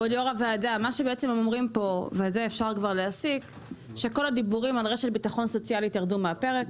הם אומרים פה שכל הדיבורים על רשת ביטחון סוציאלית ירדו מהפרק.